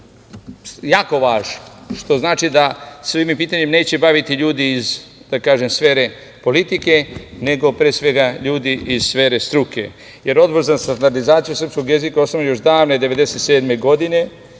je važno, što znači da se ovim pitanjem neće baviti ljudi iz, da kažem, sfere politike nego pre svega ljudi iz sfere struke, jer Odbor za standardizaciju srpskog jezika je osnovan još davne 1997. godine